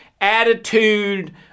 attitude